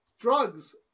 drugs